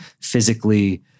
physically